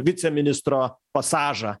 viceministro pasažą